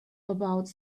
about